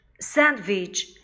Sandwich